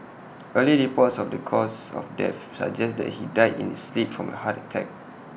early reports of the cause of death suggests that he died in his sleep from A heart attack